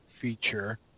feature